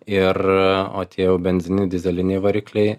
ir o tie jau benzininiai dyzeliniai varikliai